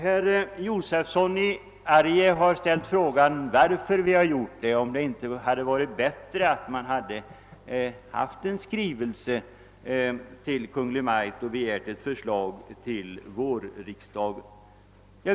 Herr Josefson i Arrie frågar, om det inte hade varit bättre att i skrivelse till Kungl. Maj:t begära ett förslag till vårriksdagen.